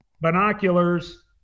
Binoculars